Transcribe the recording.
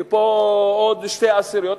ופה עוד שתי עשיריות,